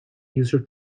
user